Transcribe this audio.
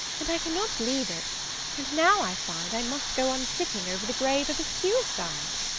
and i cannot leave it and now i find i must go on sitting over the grave of a suicide.